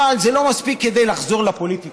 זה לא מספיק כדי לחזור לפוליטיקה.